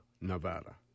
nevada